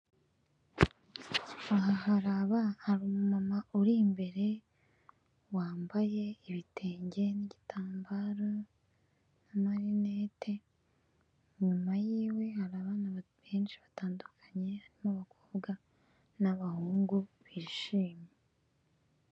Aha hari mama uri imbere, wambaye ibitenge n'igitambaro n'amarinete, inyuma yiwe hari abana benshi batandukanye, harimo abakobwa n'abahungu bishimye.